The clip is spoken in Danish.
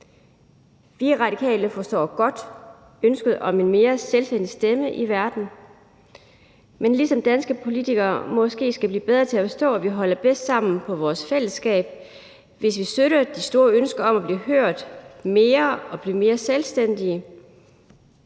i Radikale forstår godt ønsket om en mere selvstændig stemme i verden, men ligesom danske politikere måske skal blive bedre til at forstå, at vi holder bedst sammen på vores fællesskab, hvis vi støtter det store ønske om at blive hørt mere og blive mere selvstændige,